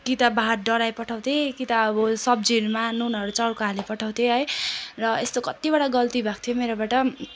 कि त भात डढाइपठाउँथेँ कि त अब सब्जीहरूमा नुनहरू चर्को हालिपठाउँथेँ है र यस्तो कत्तिवडा गल्ती भएको थियो मेरोबाट